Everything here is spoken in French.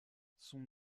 son